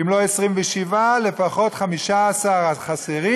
אם לא 27 אז לפחות את 15 החסרים,